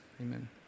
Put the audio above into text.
Amen